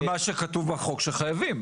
כל מה שכתוב בחוק שחייבים.